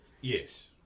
Yes